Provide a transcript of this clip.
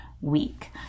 week